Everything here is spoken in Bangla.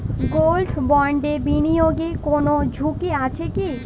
গোল্ড বন্ডে বিনিয়োগে কোন ঝুঁকি আছে কি?